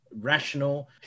rational